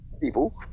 people